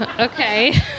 Okay